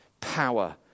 power